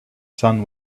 sun